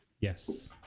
yes